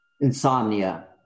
insomnia